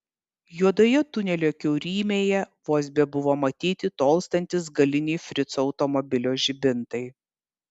juodoje tunelio kiaurymėje vos bebuvo matyti tolstantys galiniai frico automobilio žibintai